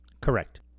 Correct